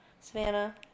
Savannah